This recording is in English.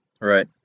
Right